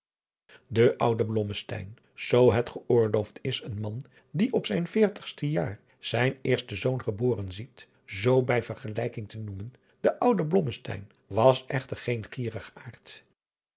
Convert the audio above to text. de oude blommesteyn zoo het geoorloofd is een man die op zijn veertigste jaar zijn eersten zoon geboren ziet zoo bij vergelijking te noemen de oude blommesteyn was echter geen